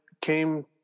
came